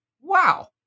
Wow